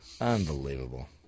Unbelievable